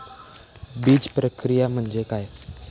बीजप्रक्रिया म्हणजे काय?